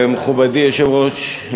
מכובדי היושב-ראש,